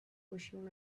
pushing